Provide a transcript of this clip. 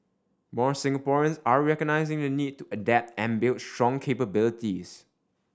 more Singaporeans are recognising the need to adapt and build strong capabilities